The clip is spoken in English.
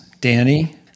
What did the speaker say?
Danny